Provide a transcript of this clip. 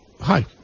Hi